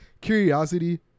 curiosity